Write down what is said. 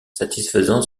satisfaisant